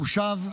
מחושב.